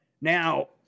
Now